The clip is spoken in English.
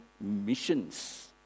missions